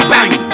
Bang